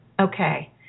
okay